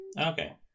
Okay